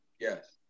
yes